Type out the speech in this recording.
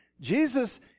Jesus